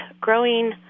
growing